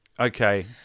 Okay